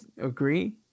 agree